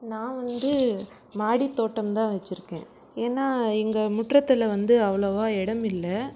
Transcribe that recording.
நான் வந்து மாடித்தோட்டம் தான் வச்சுருக்கேன் ஏன்னால் எங்கள் முற்றத்தில் வந்து அவ்வளோவா இடமில்ல